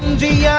the yeah